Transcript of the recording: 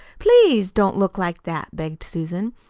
please don't look like that, begged susan.